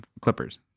clippers